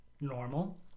Normal